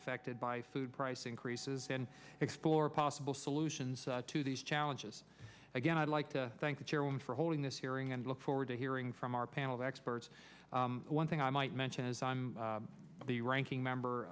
affected by food price increases and explore possible solutions to these challenges again i'd like to thank the chairwoman for holding this hearing and look forward to hearing from our panel of experts one thing i might mention is i'm the ranking member